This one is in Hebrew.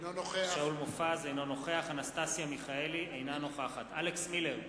אינו נוכח אנסטסיה מיכאלי, אינה נוכחת אלכס מילר,